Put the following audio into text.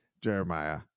Jeremiah